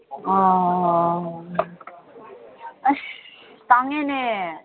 ꯑꯁ ꯇꯥꯡꯉꯦꯅꯦ